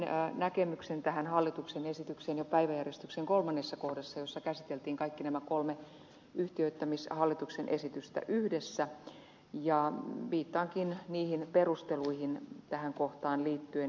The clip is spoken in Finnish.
esitin näkemykseni tähän hallituksen esitykseen jo päiväjärjestyksen kolmannessa kohdassa jossa käsiteltiin kaikki nämä kolme yhtiöittämiseen liittyvää hallituksen esitystä yhdessä ja viittaankin niihin perusteluihin tähän kohtaan liittyen